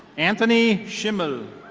anthony shimmel.